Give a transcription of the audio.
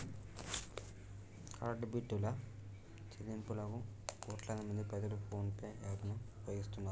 current బిల్లుల చెల్లింపులకు కోట్లాదిమంది ప్రజలు ఫోన్ పే యాప్ ను ఉపయోగిస్తున్నారు